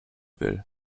will